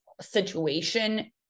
situation